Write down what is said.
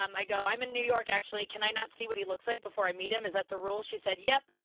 um i go i'm in new york actually, can i not see what he looks like before i meet him, is that the rule? she said yep,